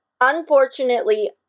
unfortunately